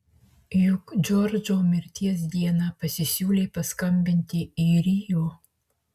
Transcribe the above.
juk džordžo mirties dieną pasisiūlė paskambinti į rio